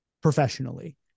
professionally